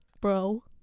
bro